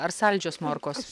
ar saldžios morkos